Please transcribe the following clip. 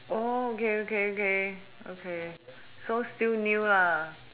oh okay okay okay so still new lah